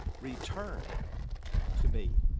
return to me.